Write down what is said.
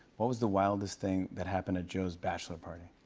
what was the wildest thing that happened at joe's bachelor party?